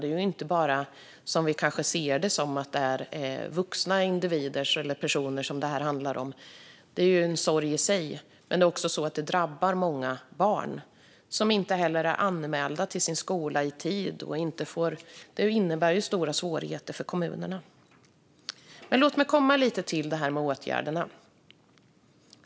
Det handlar inte, som vi kanske tror, bara om vuxna personer, vilket är en sorg i sig. Men det här drabbar många barn, som heller inte blir anmälda till sin skola i tid. Det här innebär stora svårigheter för kommunerna. Låt mig gå över till åtgärder.